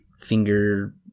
finger